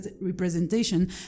representation